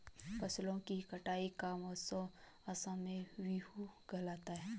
फसलों की कटाई का उत्सव असम में बीहू कहलाता है